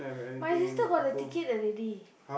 my sister got the ticket already